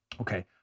Okay